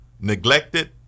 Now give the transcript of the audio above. neglected